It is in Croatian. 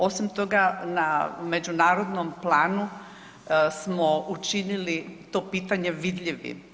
Osim toga, na međunarodnom planu smo učinili to pitanje vidljivim.